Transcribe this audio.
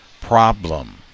problem